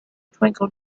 twinkle